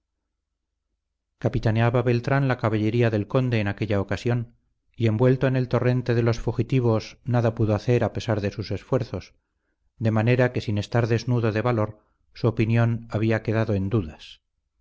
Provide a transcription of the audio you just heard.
capitaneaba beltrán la caballería del conde en aquella ocasión y envuelto en el torrente de los fugitivos nada pudo hacer a pesar de sus esfuerzos de manera que sin estar desnudo de valor su opinión había quedado en dudas